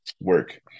work